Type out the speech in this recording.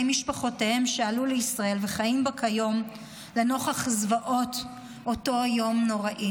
משפחותיהם שעלו לישראל וחיים בה כיום לנוכח זוועות אותו יום נורא.